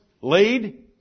laid